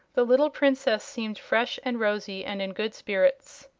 the little princess seemed fresh and rosy and in good spirits.